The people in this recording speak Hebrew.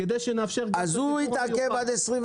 אז הוא התעכב עד 21'